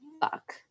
fuck